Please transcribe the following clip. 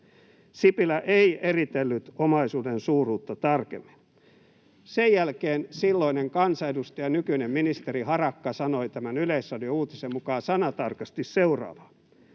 Sipilä ei eritellyt omaisuuden suuruutta tarkemmin.” Sen jälkeen silloinen kansanedustaja, nykyinen ministeri Harakka sanoi tämän Yleisradion uutisen mukaan sanatarkasti seuraavaa: